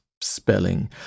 spelling